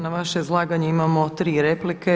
Na vaše izlaganje imamo 3 replike.